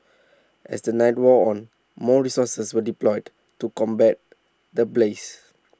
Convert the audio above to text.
as the night wore on more resources were deployed to combat the blaze